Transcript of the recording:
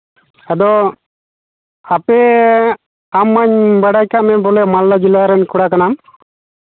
ᱟᱫᱚ ᱟᱯᱮ ᱟᱢ ᱢᱟᱧ ᱵᱟᱰᱟᱭ ᱠᱟᱜ ᱢᱮ ᱵᱚᱞᱮ ᱢᱟᱞᱫᱟ ᱡᱮᱞᱟ ᱨᱮᱱ ᱠᱚᱲᱟ ᱠᱟᱱᱟᱢ